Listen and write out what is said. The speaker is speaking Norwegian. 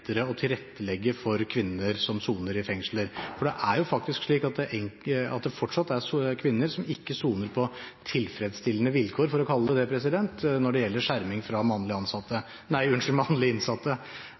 tilrettelegge for kvinner som soner i fengsler. Det er fortsatt kvinner som ikke soner på tilfredsstillende vilkår, for å kalle det det, når det gjelder skjerming fra mannlige